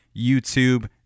YouTube